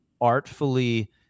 artfully